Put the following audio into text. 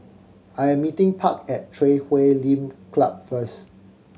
I am meeting Park at Chui Huay Lim Club first